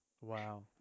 Wow